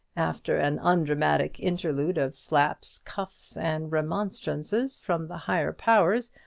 after an undramatic interlude of slaps, cuffs, and remonstrances from the higher powers,